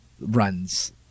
runs